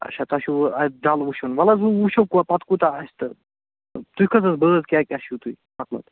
اَچھا تۄہہِ چھُو اَتہِ ڈَل وُچھُن وَلہٕ حظ وۅنۍ وُچھَو پتہٕ کوٗتاہ آسہِ تہٕ تُہۍ کٕژ حظ بٲژ کیٛاہ کیٛاہ چھُو تُہۍ مطلب